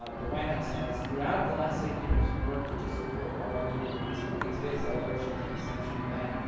ah the white house has, throughout the last eight years, worked to support all of you in this work. and today's celebration is an extension of that.